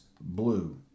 blue